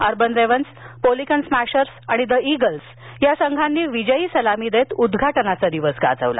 urban ravens pelican smashers आणि the eagles या संघानी विजयी सलामी देत उदघाटनाचा दिवस गाजवला